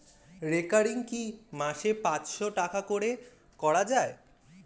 Recurring কি মাসে পাঁচশ টাকা করে করা যায়?